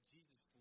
Jesus